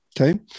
Okay